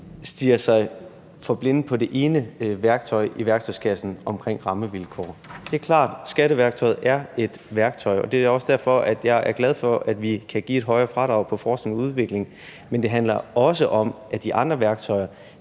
stirrer os for blinde på det ene værktøj i værktøjskassen omkring rammevilkår. Det er klart, at skatteværktøjet er et værktøj. Det er også derfor, at jeg er glad for, at vi kan give et højere fradrag for forskning og udvikling. Men det handler også om de andre værktøjer.